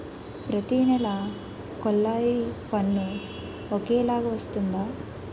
ప్రతి నెల కొల్లాయి పన్ను ఒకలాగే వస్తుందా?